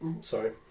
Sorry